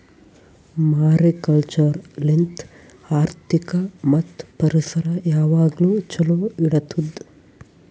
mariculture ಲಿಂತ್ ಆರ್ಥಿಕ ಮತ್ತ್ ಪರಿಸರ ಯಾವಾಗ್ಲೂ ಛಲೋ ಇಡತ್ತುದ್